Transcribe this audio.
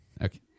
Okay